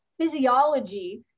physiology